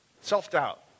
Self-doubt